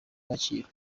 kacyiru